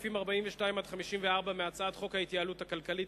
סעיפים 42 54 בהצעת חוק ההתייעלות הכלכלית